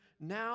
Now